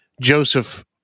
Joseph